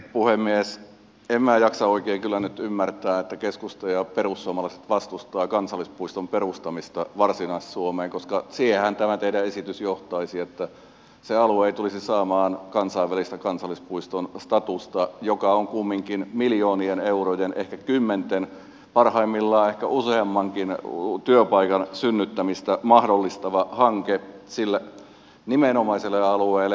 en minä jaksa oikein nyt ymmärtää että keskusta ja perussuomalaiset vastustavat kansallispuiston perustamista varsinais suomeen koska siihenhän tämä teidän esitys johtaisi että se alue ei tulisi saamaan kansainvälistä kansallispuiston statusta joka on kumminkin miljoonien eurojen ehkä kymmenten parhaimmillaan ehkä useammankin työpaikan synnyttämistä mahdollistava hanke sille nimenomaiselle alueelle